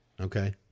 Okay